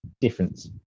difference